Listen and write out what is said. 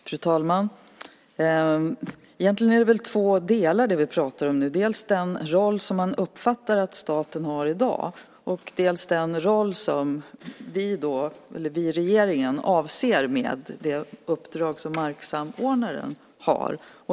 Fru talman! Egentligen är det väl två delar vi pratar om nu, dels den roll som man uppfattar att staten har i dag, dels den roll som vi i regeringen avser med det uppdrag som marksamordnaren har.